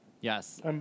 Yes